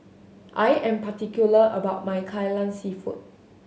I am particular about my Kai Lan Seafood